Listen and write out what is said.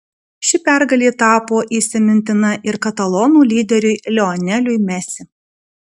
ši pergalė tapo įsimintina ir katalonų lyderiui lioneliui messi